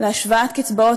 להשוואת קצבאות